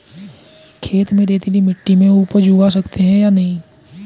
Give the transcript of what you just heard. खेत में रेतीली मिटी में उपज उगा सकते हैं या नहीं?